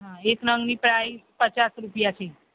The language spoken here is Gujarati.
હા એક નંગની પ્રાઈસ પચાસ રૂપિયા છે